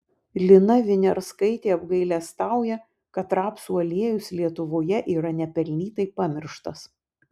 lina viniarskaitė apgailestauja kad rapsų aliejus lietuvoje yra nepelnytai pamirštas